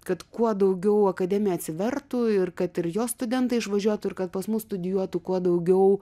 kad kuo daugiau akademija atsivertų ir kad ir jos studentai išvažiuotų ir kad pas mus studijuotų kuo daugiau